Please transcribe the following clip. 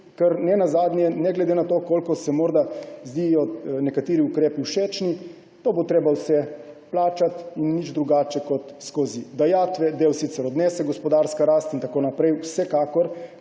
ne glede na to, koliko se morda zdijo nekateri ukrepi všečni, to treba vse plačati nič drugače kot skozi dajatve. Del sicer odnese gospodarska rast in tako naprej, vsekakor,